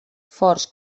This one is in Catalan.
forts